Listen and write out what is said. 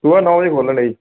ਸੁਬਹ ਨੌ ਵਜੇ ਖੋਲ ਲੈਂਦੇ ਜੀ